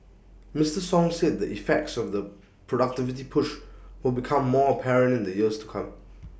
Mister song said the effects of the productivity push will become more apparent in the years to come